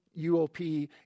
UOP